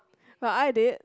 but I did